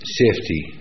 safety